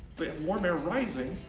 warm air rising,